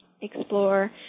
explore